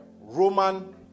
Roman